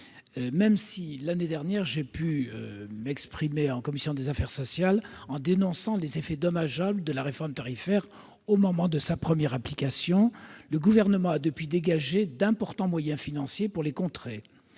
Même si, l'année dernière, j'ai pu dénoncer en commission des affaires sociales les effets dommageables de la réforme tarifaire au moment de sa première application, le Gouvernement a, depuis lors, dégagé d'importants moyens financiers pour les contrer